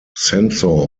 sensor